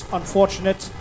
unfortunate